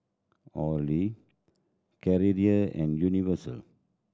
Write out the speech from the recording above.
Olay Carrera and Universal